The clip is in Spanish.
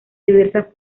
diversas